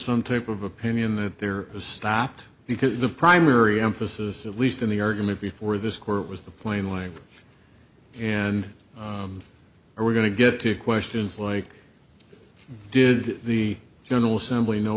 some type of opinion that there was stopped because the primary emphasis at least in the argument before this court was the plain line and we're going to get to questions like did the general assembly know